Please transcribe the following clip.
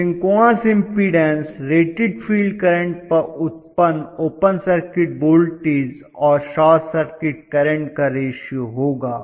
तो synchronous impedance rated field current पर उत्पन्न ओपन सर्किट वोल्टेज और शॉर्ट सर्किट करंट का रैशीओ होगा